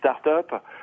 startup